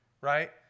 right